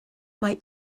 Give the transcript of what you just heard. mae